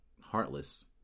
Heartless